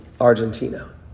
Argentina